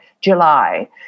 July